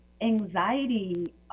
anxiety